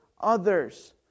others